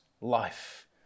life